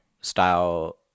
style